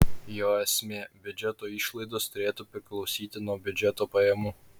jo esmė biudžeto išlaidos turėtų priklausyti nuo biudžeto pajamų